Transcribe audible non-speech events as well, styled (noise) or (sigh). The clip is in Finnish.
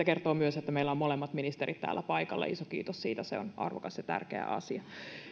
(unintelligible) kertoo myös että meillä on molemmat ministerit täällä paikalla iso kiitos siitä se on arvokas ja tärkeä asia